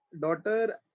Daughter